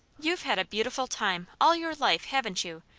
you've had a beautiful time, all your life, haven't you?